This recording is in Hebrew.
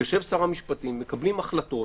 ויושב שר המשפטים, מקבלים החלטות.